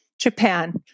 Japan